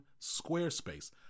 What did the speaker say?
Squarespace